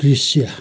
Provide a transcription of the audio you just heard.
दृश्य